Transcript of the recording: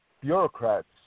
bureaucrats